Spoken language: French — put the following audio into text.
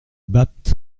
bapt